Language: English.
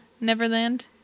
Neverland